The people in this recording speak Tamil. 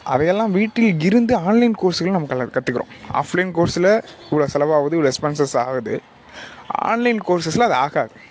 அவைகள்லாம் வீட்டில் இருந்து ஆன்லைன் கோர்ஸ்களில் நமக்கு எல்லாம் கற்றுக்கிறோம் ஆஃப்லைன் கோர்ஸில் இவ்வளோ செலவாகுது இவ்வளோ எக்ஸ்பென்சஸ் ஆகுது ஆன்லைன் கோர்ஸஸில் அது ஆகாது